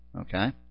Okay